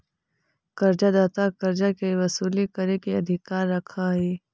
कर्जा दाता कर्जा के वसूली करे के अधिकार रखऽ हई